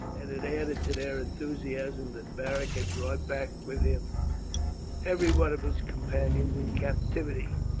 and it added to their enthusiasm that beric had brought back with him every one of his companions in captivity.